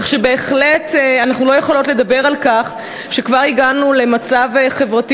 כך שבהחלט אנחנו לא יכולות לדבר על כך שכבר הגענו למצב חברתי